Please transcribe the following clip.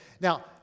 Now